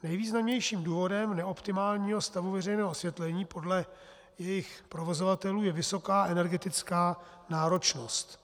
Nejvýznamnějším důvodem neoptimálního stavu veřejného osvětlení podle jejich provozovatelů je vysoká energetická náročnost.